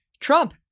Trump